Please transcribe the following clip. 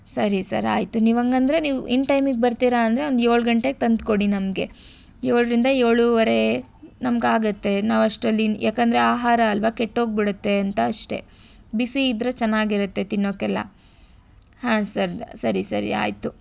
ಸರಿ ಸರ್ ಆಯಿತು ನೀವು ಹಾಗಂದ್ರೆ ನೀವು ಇನ್ ಟೈಮಿಗೆ ಬರ್ತೀರಾ ಅಂದರೆ ಒಂದು ಏಳು ಗಂಟೆಗೆ ತಂದುಕೊಡಿ ನಮಗೆ ಏಳರಿಂದ ಏಳುವರೆ ನಮ್ಗೆ ಆಗುತ್ತೆ ನಾವು ಅಷ್ಟ್ರರಲ್ಲಿ ಯಾಕೆಂದ್ರೆ ಆಹಾರ ಅಲ್ಲವಾ ಕೆಟ್ಟೋಗಿ ಬಿಡುತ್ತೆ ಅಂತ ಅಷ್ಟೇ ಬಿಸಿ ಇದ್ದರೆ ಚೆನ್ನಾಗಿರುತ್ತೆ ತಿನ್ನೋಕೆಲ್ಲ ಹಾಂ ಸರ್ ಸರಿ ಸರಿ ಆಯಿತು